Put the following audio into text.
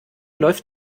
läuft